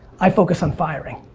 i focus on firing.